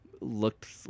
looked